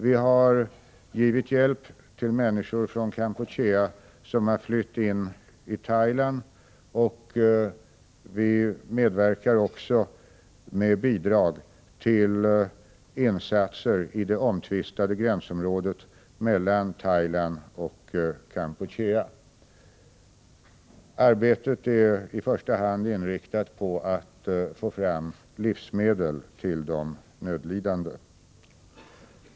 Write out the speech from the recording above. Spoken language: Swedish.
Vi har givit hjälp till människor från Kampuchea som har flytt in i Thailand, och vi medverkar också med bidrag till insatser i det omtvistade gränsområdet mellan Thailand och Kampuchea. Arbetet är i första hand inriktat på att få fram livsmedel till de nödlidande.